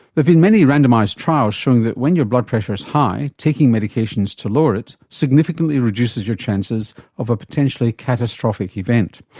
been many randomised trials showing that when your blood pressure's high, taking medications to lower it, significantly reduces your chances of a potentially catastrophic event.